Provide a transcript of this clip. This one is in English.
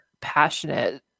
passionate